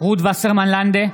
רות וסרמן לנדה,